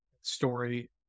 story